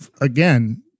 again